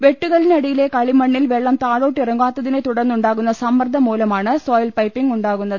വെട്ടുകല്ലിനടിയിലെ കളിമണ്ണിൽ വെള്ളം താഴോട്ട് ഇറങ്ങാ ത്തതിനെ തുടർന്ന് ഉണ്ട്ാകുന്ന് സമ്മർദ്ദം മൂലമാണ് സോയിൽ പൈപ്പിംഗ് ഉണ്ടാകുന്നത്